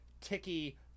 ticky